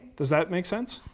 does that make sense?